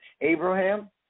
Abraham